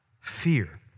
fear